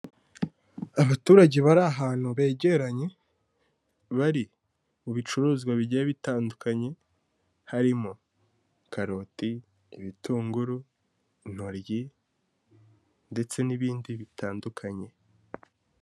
Abaturage bari ahantu begeranye bari mu bicuruzwa bigiye bitandukanye, harimo karoti, ibitunguru, intoryi, ndetse n'ibindi bitandukanye.